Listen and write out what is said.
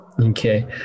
Okay